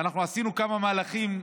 ואנחנו עשינו כמה מהלכים,